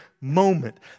moment